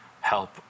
help